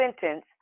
sentence